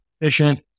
efficient